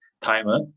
timer